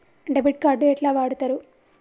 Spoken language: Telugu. డెబిట్ కార్డు ఎట్లా వాడుతరు?